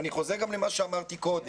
אני חוזר למה שאמרתי קודם.